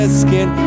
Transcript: skin